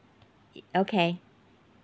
e~ okay